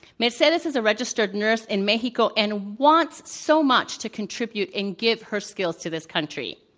mercedes is a registered nurse in mexico and wants so much to contribute and give her skills to this country.